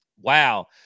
Wow